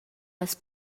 las